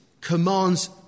commands